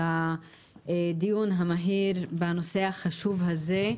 על הדיון המהיר בנושא החשוב הזה.